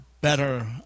better